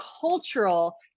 cultural